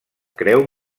creu